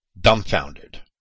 dumbfounded